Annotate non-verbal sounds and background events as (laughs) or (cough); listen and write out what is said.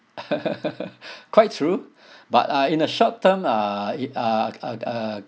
(laughs) quite true but uh in the short term uh it uh uh uh